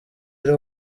ari